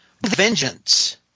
vengeance